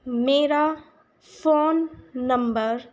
ਮੇਰਾ phone number